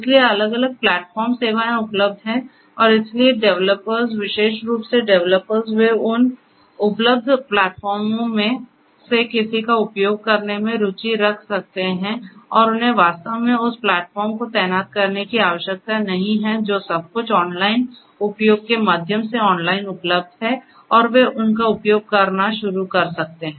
इसलिए अलग अलग प्लेटफ़ॉर्म सेवाएं उपलब्ध हैं और इसलिए डेवलपर्स विशेष रूप से डेवलपर्स वे उन उपलब्ध प्लेटफार्मों में से किसी का उपयोग करने में रुचि रख सकते हैं और उन्हें वास्तव में उस प्लेटफॉर्म को तैनात करने की आवश्यकता नहीं है जो सब कुछ ऑनलाइन उपयोग के माध्यम से ऑनलाइन उपलब्ध है और वे उनका उपयोग करना शुरू कर सकते हैं